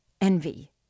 envy